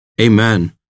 amen